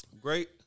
Great